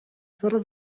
zaraz